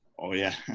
oh yeah,